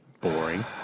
Boring